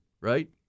right